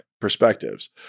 perspectives